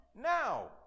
now